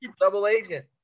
double-agent